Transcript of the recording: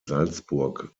salzburg